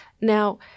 Now